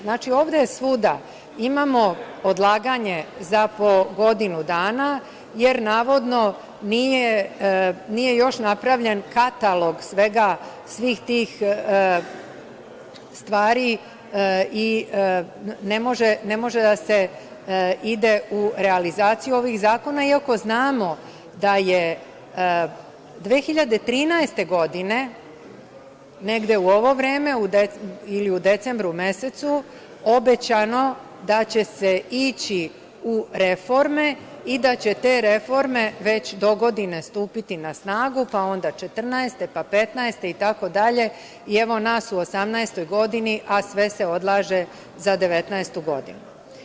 Znači, ovde svuda imamo odlaganje za po godinu dana jer navodno nije još napravljen katalog svega, svih tih stvari i ne može da se ide u realizaciju ovih zakona iako znamo da je 2013. godine, negde u ovo vreme ili u decembru mesecu, obećano da će se ići u reforme i da će te reforme već dogodine stupiti na snagu, pa onda 14, 15, itd. i evo nas u 18-oj godini, a sve se odlaže za 19-u godinu.